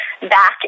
back